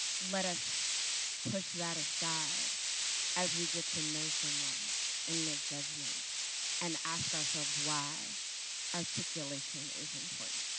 let us push that aside as we get to know someone and make judgments and ask ourselves why articulation is important.